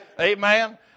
Amen